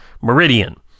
Meridian